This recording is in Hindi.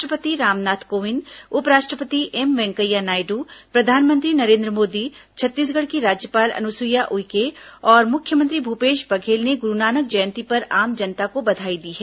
राष्ट्रपति रामनाथ कोविंद उप राष्ट्रपति एम वेंकैया नायडू प्रधानमंत्री नरेन्द्र मोदी छत्तीसगढ़ की राज्यपाल अनुसुईया उइके और मुख्यमंत्री भूपेश बघेल ने गुरुनानक जयंती पर आम जनता को बधाई दी है